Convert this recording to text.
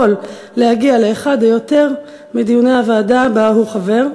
להגיע לאחד או יותר מדיוני הוועדה שבה הוא חבר,